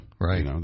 right